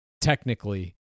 technically